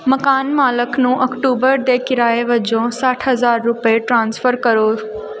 ਮਕਾਨ ਮਾਲਕ ਨੂੰ ਅਕਟੂਬਰ ਦੇ ਕਿਰਾਏ ਵਜੋਂ ਸੱਠ ਹਜ਼ਾਰ ਰੁਪਏ ਟ੍ਰਾਂਸਫਰ ਕਰੋ